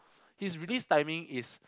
his release timing is